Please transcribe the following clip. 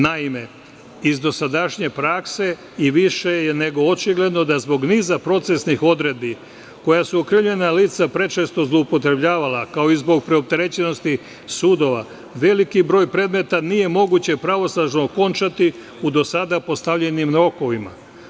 Naime, iz dosadašnje prakse i više nego očigledno da zbog niza procesnih odredbi, koje su okrivljena lica prečesto zloupotrebljavala, kao i zbog preopterećenosti sudova, veliki broj predmeta nije moguće pravosnažno okončati u do sada postavljenim rokovima.